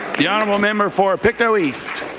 the honourable member for pictou east.